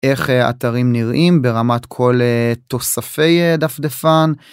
איך אתרים נראים ברמת כל תוספי דפדפן.